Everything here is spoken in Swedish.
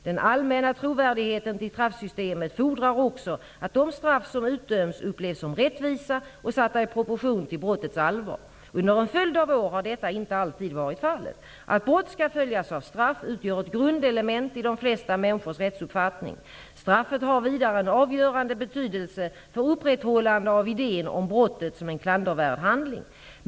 Den allmänna trovärdigheten till straffsystemet fordrar också att de straff som utdöms upplevs som rättvisa och satta i proportion till brottets allvar. Under en följd av år har detta inte alltid varit fallet. Att brott skall följas av straff utgör ett grundelement i de flesta människors rättsuppfattning. Straffet har vidare en avgörande betydelse för upprätthållande av idén om brottet som en klandervärd handling.